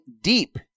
deep